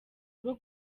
rwo